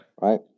Right